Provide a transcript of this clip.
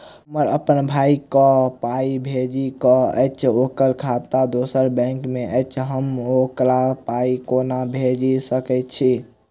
हमरा अप्पन भाई कऽ पाई भेजि कऽ अछि, ओकर खाता दोसर बैंक मे अछि, हम ओकरा पाई कोना भेजि सकय छी?